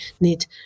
need